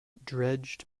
dredged